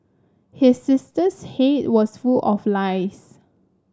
his sister's head was full of lice